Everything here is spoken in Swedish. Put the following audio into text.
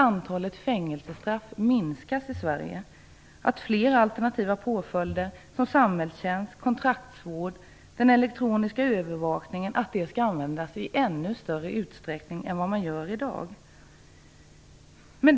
Antalet fängelsestraff bör minskas i Sverige, och alternativa påföljder, som samhällstjänst, kontraktsvård och elektronisk övervakning, bör användas i ännu större utsträckning än i dag.